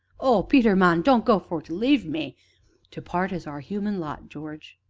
oh, peter, man! don't go for to leave me to part is our human lot, george,